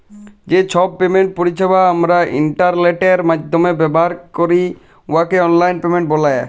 যে ছব পেমেন্ট পরিছেবা আমরা ইলটারলেটের মাইধ্যমে ব্যাভার ক্যরি উয়াকে অললাইল পেমেল্ট ব্যলে